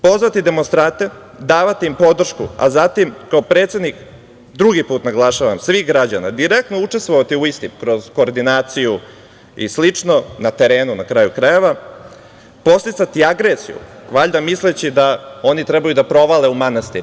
Pozvati demonstrante, davati im podršku, a zatim kao predsednik, drugi put naglašavam, svih građana, direktno učestvovati u istim kroz koordinaciju i slično, na terenu, na kraju krajeva, podsticati agresiju, valjda misleći da oni trebaju da provale u manastir.